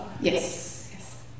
yes